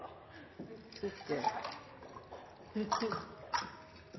side,